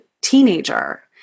teenager